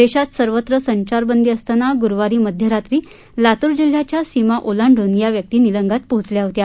देशात सर्वत्र संचारबंदी असताना गुरुवारी मध्यरात्री लातूर जिल्ह्याच्या सीमा ओलांडून या व्यक्ती निलंग्यात पोहोचल्या होत्या